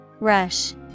Rush